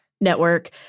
network